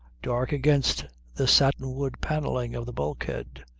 dark against the satin-wood panelling of the bulkhead.